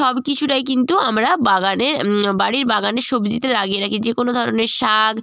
সব কিছুই কিন্তু আমরা বাগানে বাড়ির বাগানে সবজিতে লাগিয়ে রাখি যে কোনো ধরনের শাক